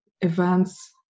events